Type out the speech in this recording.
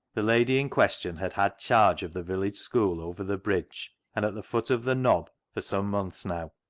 the lady in question had had charge of the village school over the bridge and at the foot of the knob for some months now.